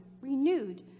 renewed